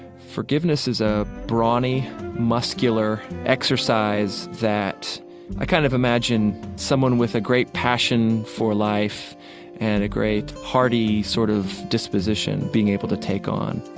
forgiveness is a brawny muscular exercise that i kind of imagine someone with a great passion for life and a great hardy sort of disposition being able to take on